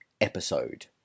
episode